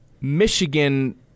Michigan